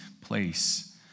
place